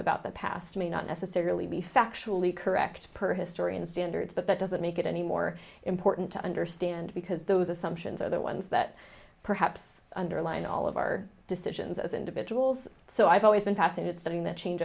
about the past may not necessarily be factually correct per historian standards but that doesn't make it any more important to understand because those assumptions are the ones that perhaps underline all of our decisions as individuals so i've always been fascinated studying that change